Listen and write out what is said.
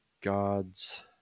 gods